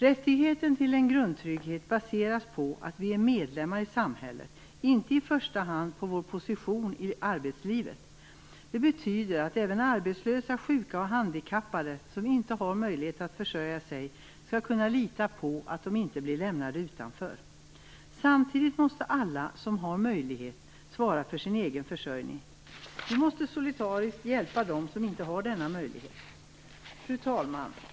Rättigheten till en grundtrygghet baseras på att vi är medlemmar i samhället, och inte i första hand på vår position i arbetslivet. Det betyder att även arbetslösa, sjuka och handikappade som inte har möjlighet att försörja sig skall kunna lita på att de inte blir lämnade utanför. Samtidigt måste alla som har möjlighet svara för sin egen försörjning. Vi måste solidariskt hjälpa dem som inte har denna möjlighet. Fru talman!